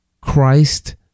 Christ